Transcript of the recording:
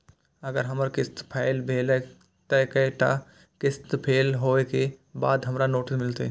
अगर हमर किस्त फैल भेलय त कै टा किस्त फैल होय के बाद हमरा नोटिस मिलते?